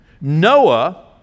Noah